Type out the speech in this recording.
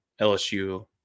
lsu